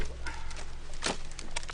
הישיבה ננעלה בשעה 13:40.